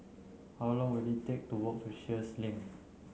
how long will it take to walk to Sheares Link